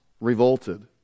revolted